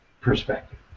perspective